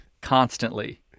constantly